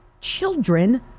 children